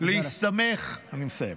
אני מסיים.